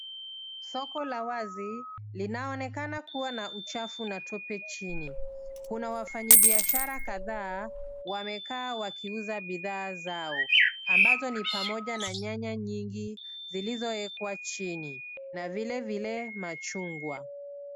Soko la wazi linaonekana kuwa na chafu na tope chini. Kuna wafanyibiashara kadhaa wamekaa wakiuza bidhaa zao ambapo ni pamoja na nyanya nyingi zilizowekwa chini na vile vile machungwa.